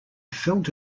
felt